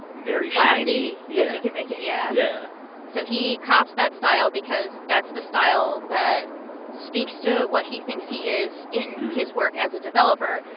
very shiny. glassy yeah as you can make it. yeah yeah so he cops that style because that's the style that speaks to what he thinks he is in his work as a developer.